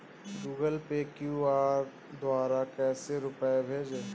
Google Pay QR द्वारा कैसे रूपए भेजें?